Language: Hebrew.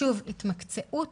התמקצעות